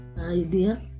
idea